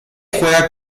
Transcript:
juega